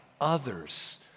others